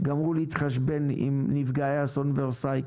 גמרו להתחשבן כספית עם נפגעי אסון ורסאי.